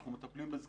אנחנו מטפלים בזקנים.